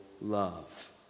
love